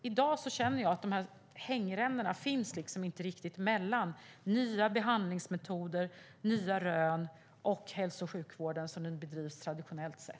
I dag känner jag att de här "hängrännorna" liksom inte finns riktigt mellan nya behandlingsmetoder och nya rön och hälso och sjukvården som den bedrivs traditionellt.